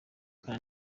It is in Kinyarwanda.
ghana